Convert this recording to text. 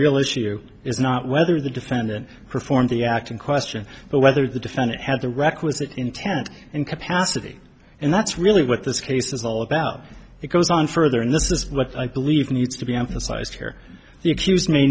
real issue is not whether the defendant performed the act in question but whether the defendant had the requisite intent and capacity and that's really what this case is all about it goes on further and this is what i believe needs to be emphasized here the accused may